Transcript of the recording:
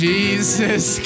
Jesus